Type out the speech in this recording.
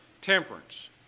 temperance